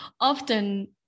Often